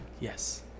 Yes